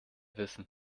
wissen